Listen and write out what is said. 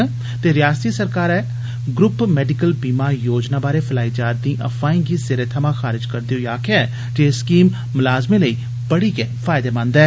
रिआसती सरकारै group medical बीमा योजना बारै फलाई जा'रदियें अफवाई गी सिरे थमां खारज करदे होई आक्खेआ ऐ जे एह स्कीम मुलाजमें लेई बड़ी गै फायदेमंद ऐ